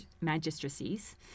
magistracies